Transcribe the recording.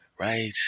right